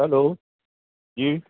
hello جی